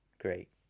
great